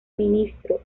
ministro